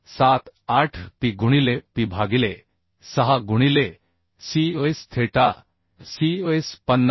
478P गुणिले P भागिले 6 गुणिले cos theta cos 50